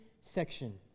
section